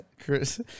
Chris